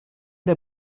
der